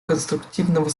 конструктивного